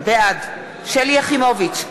בעד שלי יחימוביץ,